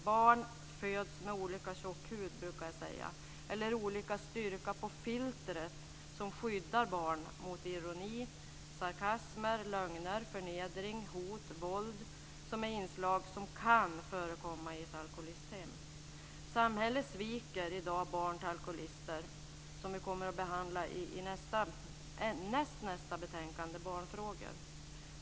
Barn föds med olika tjock hud, brukar jag säga, eller med olika styrka på det filter som skyddar barn mot ironi, sarkasmer, lögner, förnedring, hot och våld som är inslag som kan förekomma i ett alkoholisthem. Samhället sviker i dag barn till alkoholister, vilket vi kommer att behandla i nästnästa betänkande, Barnfrågor.